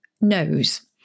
knows